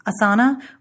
Asana